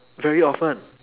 very often